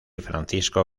francisco